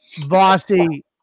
Vossy